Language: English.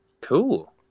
cool